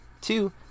two